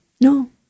no